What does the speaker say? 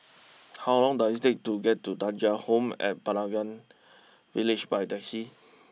how long does it take to get to Thuja Home at Pelangi Village by taxi